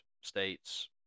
State's